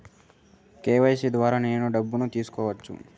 KYC ద్వారా నేను డబ్బును తీసుకోవచ్చా?